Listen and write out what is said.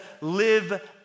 live